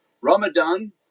Ramadan